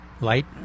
light